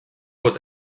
what